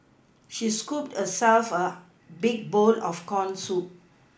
she scooped herself a big bowl of corn soup